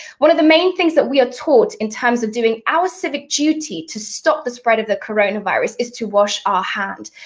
one of the main things that we are taught, in terms of doing our civic duty to stop the spread of the coronavirus, is to wash our hands.